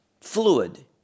fluid